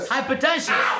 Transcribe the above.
Hypertension